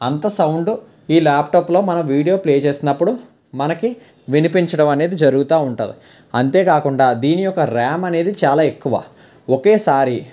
అంత సౌండ్ ఈ ల్యాప్టాప్లో మన వీడియో ప్లే చేసినప్పుడు మనకి వినిపించడం అనేది జరుగుతూ ఉంటుంది అంతేకాకుండా దీని యొక్క ర్యామ్ అనేది చాలా ఎక్కువ ఒకేసారి